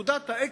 נקודת ה-exit,